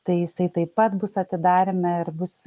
tai jisai taip pat bus atidaryme ir bus